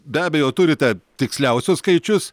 be abejo turite tiksliausius skaičius